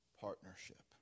partnership